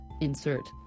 insert